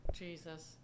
Jesus